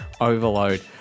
overload